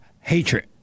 hatred